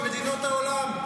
עם מדינות העולם.